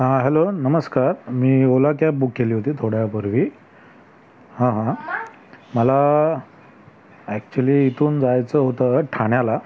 हां हॅलो नमस्कार मी ओला कॅब बुक केली होती थोड्या वेळापूर्वी हां हां मला ॲक्च्युली इथून जायचं होतं ठाण्याला